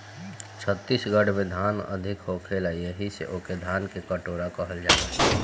छत्तीसगढ़ में धान अधिका होखेला एही से ओके धान के कटोरा कहल जाला